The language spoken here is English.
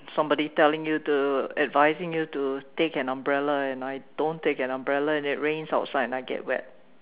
somebody telling you to advising you to take an umbrella and I don't take an umbrella and it rains outside and I get wet